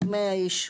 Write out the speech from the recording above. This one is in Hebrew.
100 איש,